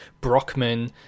Brockman